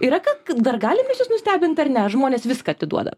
yra kad dar galim mes jus nustebint ar ne ar žmonės viską atiduoda